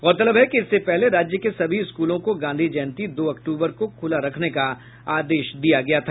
गौरतलब है कि इससे पहले राज्य के सभी स्कूलों को गांधी जयंती दो अक्टूबर को खुला रखने का आदेश दिया गया था